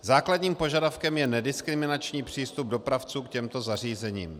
Základním požadavkem je nediskriminační přístup dopravců k těmto zařízením.